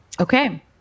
Okay